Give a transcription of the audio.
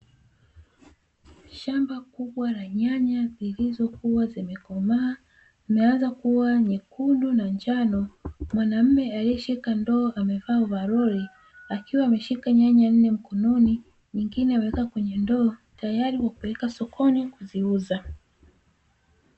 Shamba kubwa la nyanya zilizokua zimekomaa zimeanza kua nyekundu na njano, mwanaume aliyeshika ndoo amevaa ovaroli akiwa ameshika nyanya nne mkononi na nyingine ameweka kwenye ndoo tayari kupeleka sokoni kuziuza.